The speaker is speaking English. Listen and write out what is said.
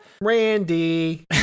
Randy